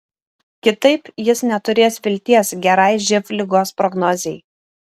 kitaip jis neturės vilties gerai živ ligos prognozei